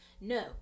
No